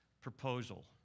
proposal